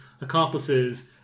accomplices